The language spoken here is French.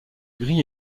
gris